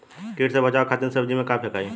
कीट से बचावे खातिन सब्जी में का फेकाई?